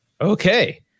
Okay